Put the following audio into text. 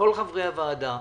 כל חברי הוועדה,